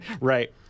right